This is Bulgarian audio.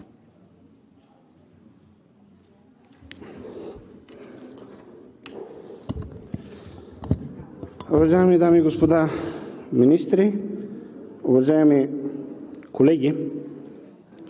Уважаеми дами и господа министри, уважаеми колеги